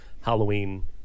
Halloween